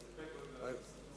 מסתפק בהודעה.